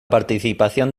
participación